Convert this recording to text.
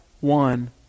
one